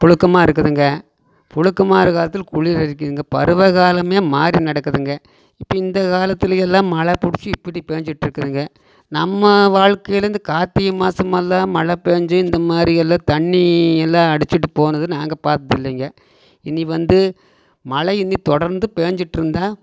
புழுக்கமாக இருக்குதுங்க புழுக்கமாக இருக்கிற காலத்தில் குளிர் அடிக்குதுங்க பருவ காலமே மாறி நடக்குதுங்க இப்போ இந்த காலத்துலியெல்லாம் மழை புடிச்சு இப்படி பெஞ்சிட்டிருக்குதுங்க நம்ம வாழ்க்கையில இந்த கார்த்திகை மாதமெல்லாம் மழை பெஞ்சி இந்தமாதிரிகள்ளெல்லாம் தண்ணியெல்லாம் அடிச்சுட்டு போனது நாங்கள் பார்த்ததில்லைங்க இனி வந்து மழை இனி தொடர்ந்து பெஞ்சிட்டிருந்தா